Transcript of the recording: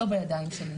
לא בידיים שלי,